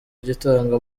gitanga